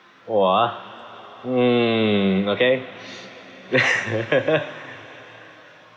!wah! mm okay